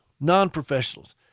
non-professionals